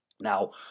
Now